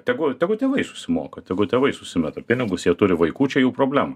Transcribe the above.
tegul tegu tėvai susimoka tegu tėvai susimeta pinigus jie turi vaikų čia jų problema